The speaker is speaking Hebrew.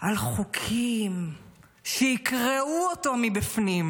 על חוקים שיקרעו אותו מבפנים,